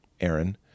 Aaron